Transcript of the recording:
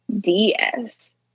ds